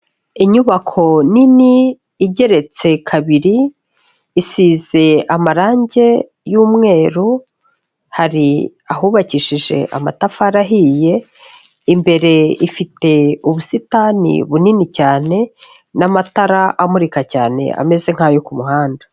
Inyubako nini igeretse kabiri isize amarangi y'umweru, hari ahubakishije amatafari ahiye, imbere ifite ubusitani bunini cyane n'amatara amurika cyane ameze nk'ayo ku muhanda.